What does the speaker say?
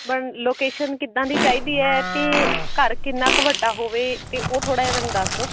ਬਨ location ਕਿੱਦਾਂ ਦੀ ਚਾਹੀਦੀ ਹੈ ਅਤੇ ਘਰ ਕਿੰਨਾ ਕੁ ਵੱਡਾ ਹੋਵੇ ਅਤੇ ਉਹ ਥੋੜ੍ਹਾ ਜਿਹਾ ਮੈਨੂੰ ਦੱਸ ਦਿਓ